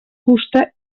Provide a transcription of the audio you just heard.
fusta